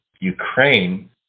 Ukraine